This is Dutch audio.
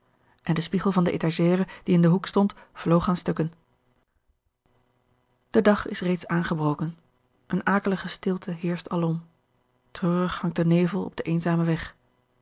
en de spiegel van de étagère die in den hoek stond vloog aan stukken de dag is reeds aangebroken eene akelige stilte heerscht alom treurig hangt de nevel op den eenzamen weg